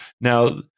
Now